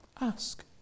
Ask